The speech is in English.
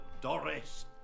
Doris